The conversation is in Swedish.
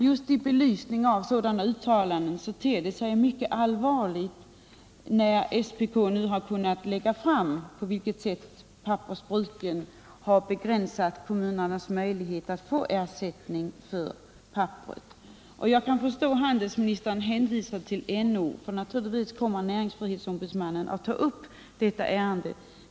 Just i belysning av sådana uttalanden ter det sig mycket allvarligt när SPK nu har kunnat lägga fram på vilket sätt pappersbruken har begränsat kommunernas möjlighet att få ersättning för papperet. Jag kan förstå att handelsministern hänvisade till NO, för naturligtvis kommer näringsfrihetsombudsmannen att ta upp detta ärende.